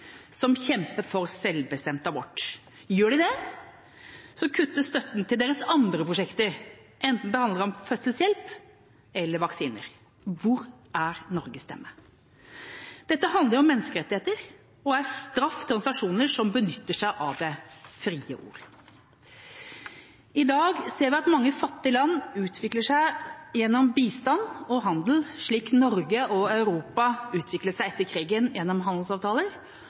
som kjemper for selvbestemt abort. Gjør de det, kuttes støtten til deres andre prosjekter, enten det handler om fødselshjelp eller vaksiner. Hvor er Norges stemme? Dette handler om menneskerettigheter og er straff til organisasjoner som benytter seg av det frie ord. I dag ser vi at mange fattige land utvikler seg gjennom bistand og handel, slik Norge og Europa utviklet seg etter krigen gjennom handelsavtaler